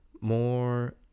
more